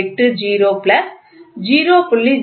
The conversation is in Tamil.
080 0